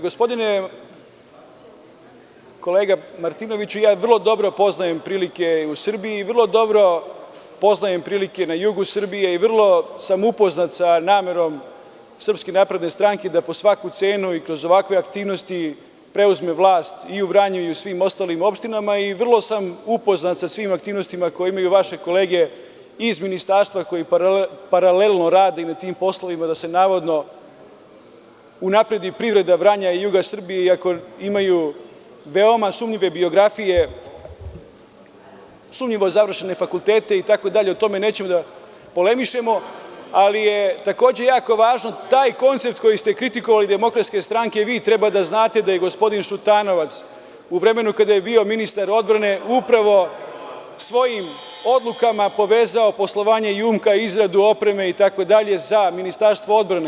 Gospodine, kolega Martinoviću, ja vrlo dobro poznajem prilike u Srbiji i vrlo dobro poznajem prilike na jugu Srbije i vrlo sam upoznat sa namerom SNS da po svaku cenu i kroz ovakve aktivnosti preuzme vlast i u Vranju i u svim ostalim opštinama i vrlo sam upoznat sa svim aktivnostima koje imaju vaše kolege iz ministarstva koje paralelno radi na tim poslovima da se navodno unapredi privreda Vranja i juga Srbije i ako imaju veoma sumnjive biografije, sumnjivo završene fakultete itd, o tome nećemo da polemišemo, ali je takođe jako važan taj koncept koji ste kritikovali DS vi treba da znate da je gospodin Šutanovac u vremenu kada je bio ministar odbrane upravo svojim odlukama povezao poslovanje „JUMKO“ i izradu opreme itd. za Ministarstvo odbrane.